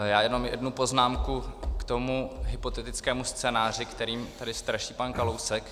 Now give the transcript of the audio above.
Já jenom jednu poznámku k tomu hypotetickému scénáři, kterým tady straší pan Kalousek.